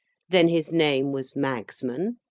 then his name was magsman?